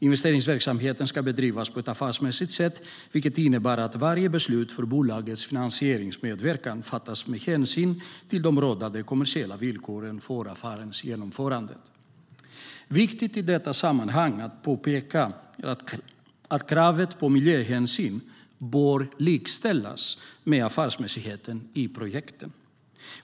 Investeringsverksamheten ska bedrivas på ett affärsmässigt sätt, vilket innebär att varje beslut för bolagets finansieringsmedverkan fattas med hänsyn till de rådande kommersiella villkoren för affärens genomförande. Viktigt att påpeka i detta sammanhang är att kravet på miljöhänsyn bör likställas med affärsmässigheten i projekten.